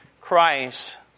Christ